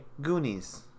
goonies